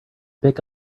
pick